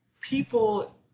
people